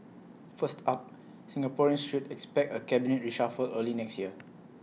first up Singaporeans should expect A cabinet reshuffle early next year